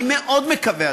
אני מאוד מקווה,